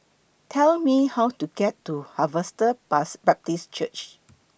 Tell Me How to get to Harvester Bus Baptist Church